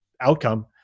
outcome